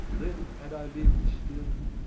then had i lived still!